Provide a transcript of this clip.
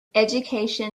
education